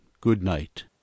good-night